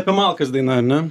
apie malkas daina ar ne